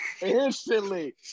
Instantly